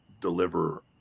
deliver